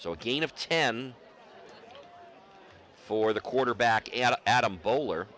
so again of ten for the quarterback and adam bowler